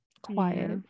Quiet